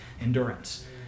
endurance